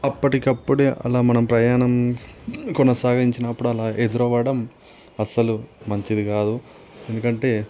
అప్పటికప్పుడే అలా మనం ప్రయాణం కొనసాగించినప్పుడలా ఎదురవడం అసలు మంచిది కాదు ఎందుకంటే